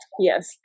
Yes